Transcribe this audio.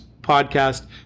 podcast